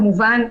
כמובן,